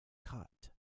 cot